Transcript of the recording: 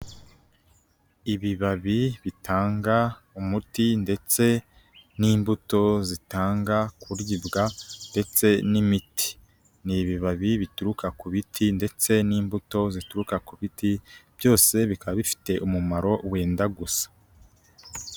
Ibibabi bitanga umuti, ndetse n'imbuto zitanga kuryibwa ndetse n'imiti. Ni ibibabi bituruka ku biti, ndetse n'imbuto zituruka ku biti, byose bikaba bifite umumaro wenda gusa.